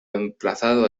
emplazado